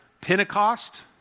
Pentecost